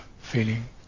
feeling